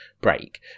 break